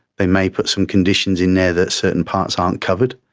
they may put some conditions in there that certain parts aren't covered.